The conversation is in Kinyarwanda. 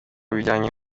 bijanye